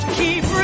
keep